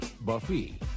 Buffy